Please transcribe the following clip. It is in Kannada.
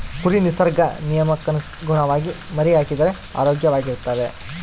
ಕುರಿ ನಿಸರ್ಗ ನಿಯಮಕ್ಕನುಗುಣವಾಗಿ ಮರಿಹಾಕಿದರೆ ಆರೋಗ್ಯವಾಗಿರ್ತವೆ